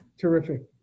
Terrific